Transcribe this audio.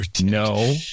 No